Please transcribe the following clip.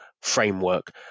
framework